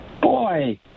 boy